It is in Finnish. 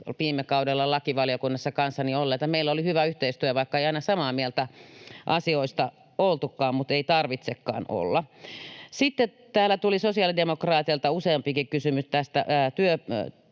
viime kaudella lakivaliokunnassa kanssani olleita. Meillä oli hyvä yhteistyö, vaikka ei aina samaa mieltä asioista oltukaan, mutta ei tarvitsekaan olla. Sitten täällä tuli sosiaalidemokraateilta useampikin kysymys työelämään